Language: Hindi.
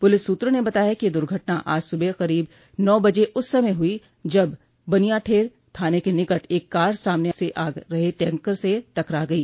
पुलिस सूत्रों ने बताया है कि यह दुर्घटना आज सुबह करीब नौ बजे उस समय हुई जब बनियाठेर थाने के निकट एक कार सामने से आ रहे टैंकर से टकरा गई